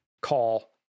call